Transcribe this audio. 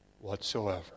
whatsoever